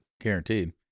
Guaranteed